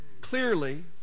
clearly